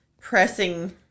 pressing